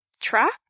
Trap